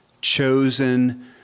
chosen